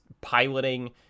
piloting